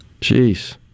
Jeez